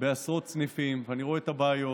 בעשרות סניפים, ואני רואה את הבעיות.